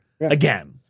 again